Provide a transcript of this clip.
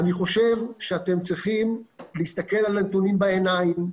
אני חושב שאתם צריכים להסתכל לנתונים בעיניים.